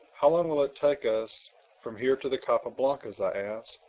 how long will it take us from here to the capa blancas? i asked.